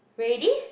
ready